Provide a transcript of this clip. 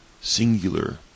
singular